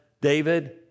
David